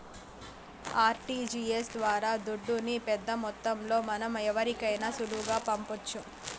RTGS ద్వారా దుడ్డుని పెద్దమొత్తంలో మనం ఎవరికైనా సులువుగా పంపొచ్చు